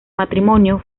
matrimonio